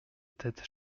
tête